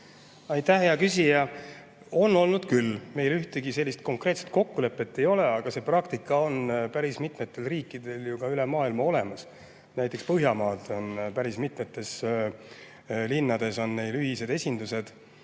Aitäh, hea küsija! On olnud küll. Meil ühtegi sellist konkreetset kokkulepet ei ole, aga see praktika on päris mitmetel riikidel juba üle maailma olemas. Näiteks Põhjamaadel on päris mitmetes linnades ühised esindused.